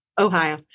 Ohio